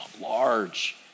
large